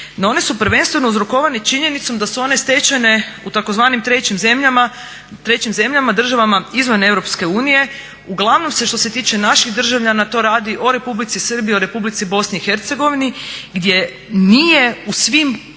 no one su prvenstveno uzrokovane činjenicom da su one stečene u tzv. trećim zemljama, državama izvan Europske unije. Uglavnom se što se tiče naših državljana to radi o Republici Srbiji, o Republici Bosni i Hercegovini gdje nije u svim